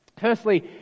Firstly